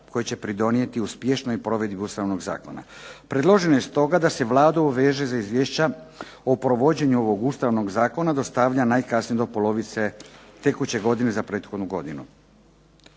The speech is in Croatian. koji će pridonijeti uspješnijoj provedbi Ustavnog zakona. Predloženo je stoga da se Vladu obveže za izvješća o provođenju ovog Ustavnog zakona dostavlja najkasnije do polovice tekuće godine za prethodnu godinu.